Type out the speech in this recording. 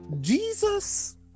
Jesus